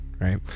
right